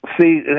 see